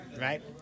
right